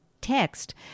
text